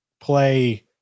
play